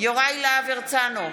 יוראי להב הרצנו,